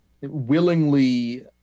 willingly